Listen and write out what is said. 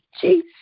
Jesus